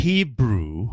Hebrew